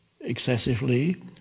excessively